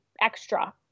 extra